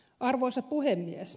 arvoisa puhemies